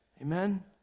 Amen